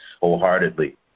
wholeheartedly